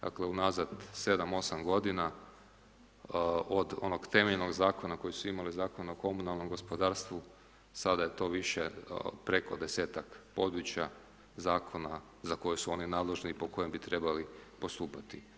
Dakle unazad 7,8 godina od onog temeljenog zakona kojeg su imali, Zakona o komunalnom gospodarstvu sada je to više preko 10ak područja zakona za koje su oni nadležni i po kojem bi trebali postupati.